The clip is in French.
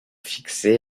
fixé